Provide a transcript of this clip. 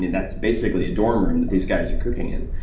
and that's basically a dorm room that these guys are cooking in,